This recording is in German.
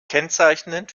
kennzeichnend